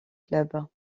clubs